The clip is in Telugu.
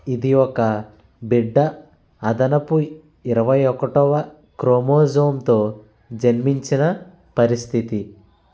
ఇది ఒక బిడ్డ అదనపు ఇరవై ఒకటవ క్రోమోజోమ్తో జన్మించిన పరిస్థితి